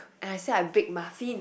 and I said I bake muffins